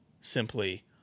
simply